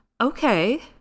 Okay